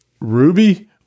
Ruby